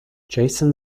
jason